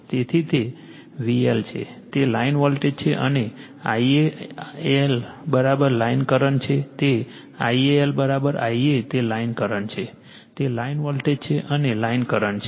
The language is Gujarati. તેથી તે VL છે તે લાઇન વોલ્ટેજ છે અને Ia l લાઇન કરંટ છે તે Ia l Ia તે લાઇન કરંટ છે તે લાઇન વોલ્ટેજ છે અને લાઇન કરંટ છે